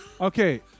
Okay